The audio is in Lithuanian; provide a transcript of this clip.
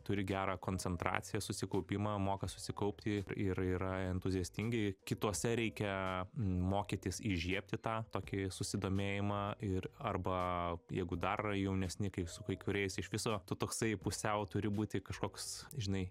turi gerą koncentraciją susikaupimą moka susikaupti ir yra entuziastingi kitose reikia mokytis įžiebti tą tokį susidomėjimą ir arba jeigu dar jaunesni kaip su kai kuriais iš viso tu toksai pusiau turi būti kažkoks žinai